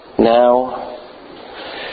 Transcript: Now